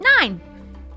nine